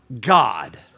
God